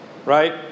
Right